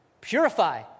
purify